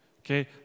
okay